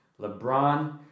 LeBron